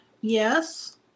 yes